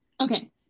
okay